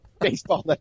Baseball